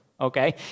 okay